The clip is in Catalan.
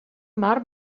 mar